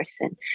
person